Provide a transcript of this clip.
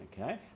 Okay